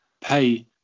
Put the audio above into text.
pay